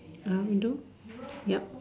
uh we don't yup